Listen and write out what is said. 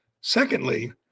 Secondly